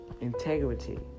integrity